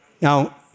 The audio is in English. Now